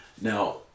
Now